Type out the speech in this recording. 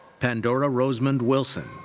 pandora rosemond wilson,